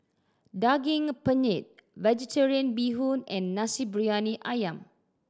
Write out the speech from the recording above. Daging Penyet Vegetarian Bee Hoon and Nasi Briyani Ayam